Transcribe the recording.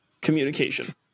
communication